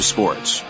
Sports